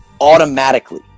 automatically